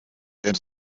der